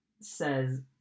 says